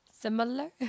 Similar